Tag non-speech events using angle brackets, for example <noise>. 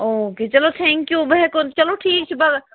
okay چَلو thank you بہٕ ہٮ۪کو چلو ٹھیٖک چھُ <unintelligible>